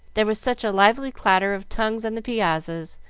there was such a lively clatter of tongues on the piazzas,